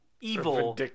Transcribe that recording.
evil